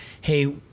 hey